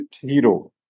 hero